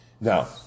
Now